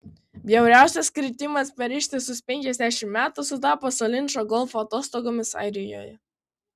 bjauriausias kritimas per ištisus penkiasdešimt metų sutapo su linčo golfo atostogomis airijoje